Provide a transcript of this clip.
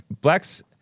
blacks